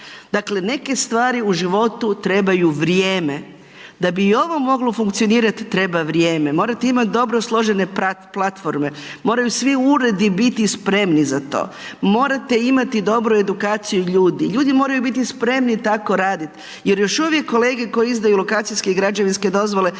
Dakle, neke stvari u životu trebaju vrijeme da bi i ovo moglo funkcionirati, treba vrijeme, morate imati dobro složene platforme, moraju svi uredi biti spremni za to, morate imati dobru edukaciju ljudi, ljudi moraju biti spremni tako raditi, jer još uvijek kolege koji izdaju lokacijske i građevinske dozvole